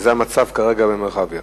זה המצב כרגע במרחביה.